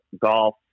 golf